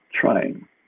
trying